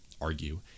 argue